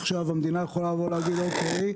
המדינה יכולה לבוא ולהגיד: אוקיי,